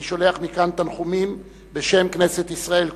אני שולח מכאן תנחומים בשם כנסת ישראל כולה.